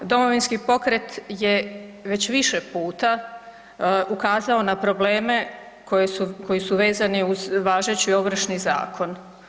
Domovinski pokret je već više puta ukazao na probleme koji su vezani uz važeći Ovršni zakon.